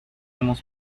hemos